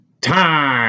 time